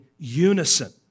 unison